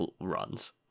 runs